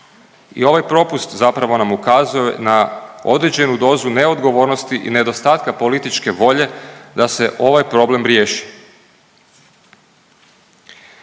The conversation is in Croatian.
I ovaj propust zapravo nam ukazuje na određenu dozu neodgovornosti i nedostatka političke volje da se ovaj problem riješi.